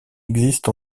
existe